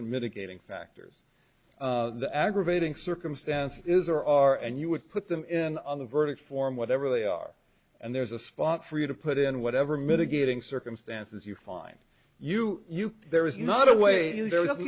and mitigating factors the aggravating circumstance is or are and you would put them in on the verdict form whatever they are and there's a spot for you to put in whatever mitigating circumstances you find you you there is not a way